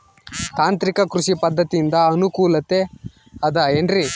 ತಾಂತ್ರಿಕ ಕೃಷಿ ಪದ್ಧತಿಯಿಂದ ಅನುಕೂಲತೆ ಅದ ಏನ್ರಿ?